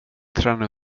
träna